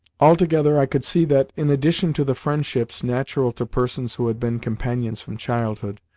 altogether i could see that, in addition to the friendship natural to persons who had been companions from childhood,